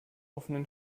offenen